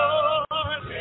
Lord